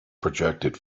projected